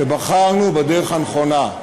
שבחרנו בדרך הנכונה.